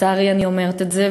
לצערי אני אומרת את זה,